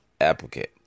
applicant